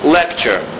lecture